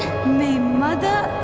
may mother